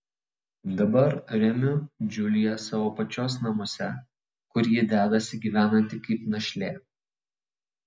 dabar remiu džiuliją savo pačios namuose kur ji dedasi gyvenanti kaip našlė